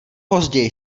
později